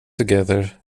together